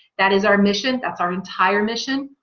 that is our mission that's our entire mission.